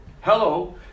Hello